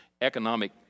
economic